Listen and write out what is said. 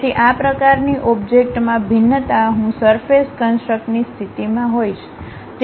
તેથી આ પ્રકારની ઓબ્જેક્ટમાં ભિન્નતા હું સરફેસ કન્સટ્રક્ની સ્થિતિમાં હોઇશ